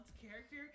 character